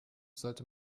sollte